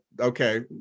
okay